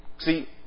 See